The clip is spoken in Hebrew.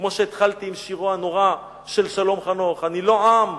כמו שהתחלתי עם שירו הנורא של שלום חנוך: אני לא עם,